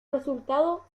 resultado